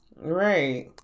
right